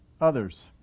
others